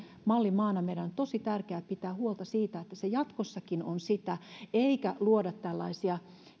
mallimaana meidän on tosi tärkeää pitää huolta siitä että se jatkossakin on sitä eikä luoda tällaisia